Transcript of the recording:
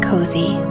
cozy